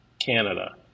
Canada